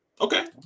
okay